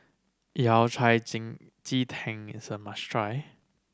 Yao Cai Ji Tin is a must try